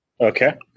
Okay